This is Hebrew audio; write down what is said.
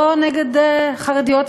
או נגד חרדיות וחרדים.